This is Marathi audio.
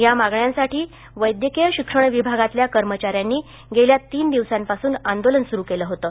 या मागण्यांसाठी वैद्यकीय शिक्षण विभागातल्या कर्मचाऱ्यांनी गेल्या तीन दिवसांपासून आंदोलन सुरु केलं होतं